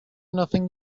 nothing